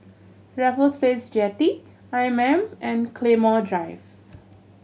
Raffles Place Jetty I M M and Claymore Drive